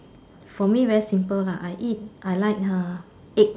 for me very simple lah I eat I like uh egg